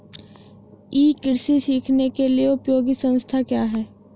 ई कृषि सीखने के लिए उपयोगी संसाधन क्या हैं?